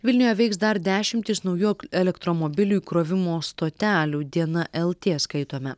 vilniuje veiks dar dešimtys naujų elektromobilių įkrovimo stotelių diena lt skaitome